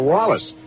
Wallace